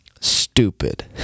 stupid